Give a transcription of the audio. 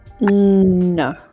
no